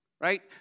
right